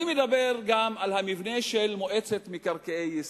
אני מדבר גם על המבנה של מועצת מקרקעי ישראל.